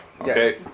Okay